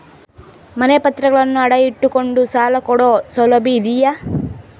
ಮನೆ ಪತ್ರಗಳನ್ನು ಅಡ ಇಟ್ಟು ಕೊಂಡು ಸಾಲ ಕೊಡೋ ಸೌಲಭ್ಯ ಇದಿಯಾ?